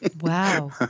Wow